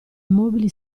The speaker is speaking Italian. immobili